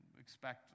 expect